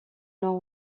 nord